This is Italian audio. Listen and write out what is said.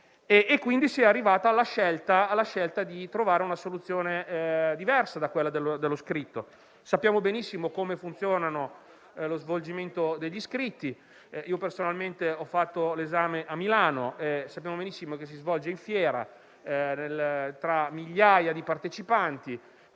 Quindi si è arrivati alla scelta di trovare una soluzione diversa da quella dell'esame scritto. Sappiamo benissimo come funziona lo svolgimento degli scritti. Personalmente ho fatto l'esame a Milano, che si svolge in Fiera, tra migliaia di partecipanti,